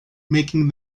making